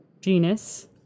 genus